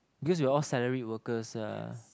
because we are all salaried workers ah